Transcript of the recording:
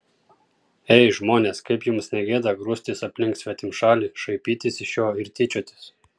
ei žmonės kaip jums ne gėda grūstis aplink svetimšalį šaipytis iš jo ir tyčiotis